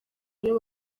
ayo